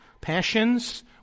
passions